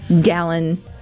gallon